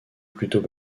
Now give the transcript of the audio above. plutôt